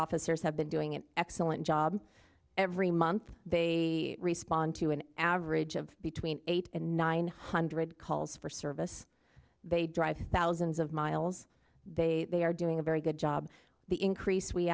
officers have been doing an excellent job every month they respond to an average of between eight and nine hundred calls for service they drive thousands of miles they they are doing a very good job the increase we